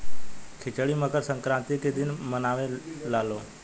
खिचड़ी मकर संक्रान्ति के दिने बनावे लालो